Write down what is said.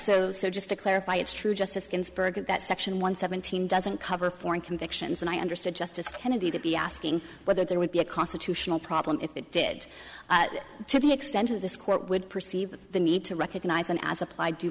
correct so just to clarify it's true justice ginsburg that section one seventeen doesn't cover foreign convictions and i understood justice kennedy to be asking whether there would be a constitutional problem if it did to the extent of this court would perceive the need to recognize an as applied